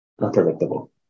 unpredictable